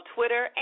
Twitter